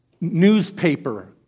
newspaper